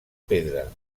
pedra